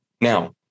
Now